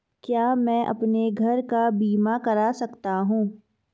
क्या मैं अपने घर का बीमा करा सकता हूँ?